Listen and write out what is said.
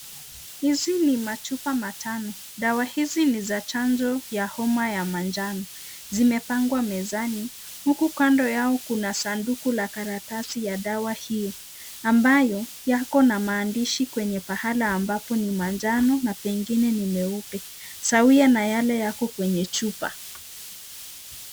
Hizi ni machupa matano. Dawa hizi ni za chanjo ya homa ya majano. Zimepangwa mezani huku kando yao kuna saduku la karatasi ya dawa hiyo ambayo yako na maandishi kwenye pahala ambapo ni majano na pengine ni meupe sawia na yale yako kwenye chupa.